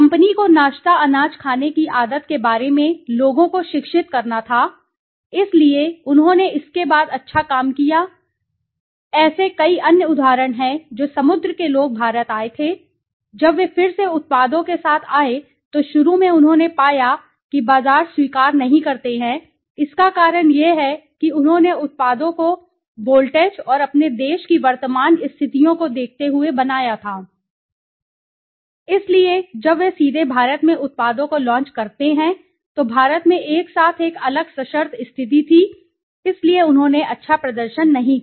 company को नाश्ता अनाज खाने की आदत के बारे में लोगों को शिक्षित करना था इसलिए उन्होंने इसके बाद अच्छा काम किया ऐसे कई अन्य उदाहरण हैं जो समुद्र के लोग भारत आए थे जब वे फिर से उत्पादों के साथ आए तो शुरू में उन्होंने पाया कि बाजार स्वीकार नहीं करते हैं इसका कारण यह है कि उन्होंने उत्पादों को वोल्टेज और अपने देश की वर्तमान स्थितियों को देखते हुए बनाया था इसलिए जब वे सीधे भारत में उत्पादों को लॉन्च करते हैं तो भारत में एक साथ एक अलग सशर्त स्थिति थी इसलिए उन्होंने अच्छा प्रदर्शन नहीं किया